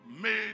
made